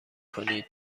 کنید